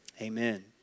Amen